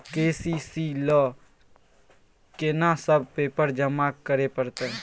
KCC ल केना सब पेपर जमा करै परतै?